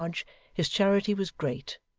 his charity was great,